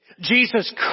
Jesus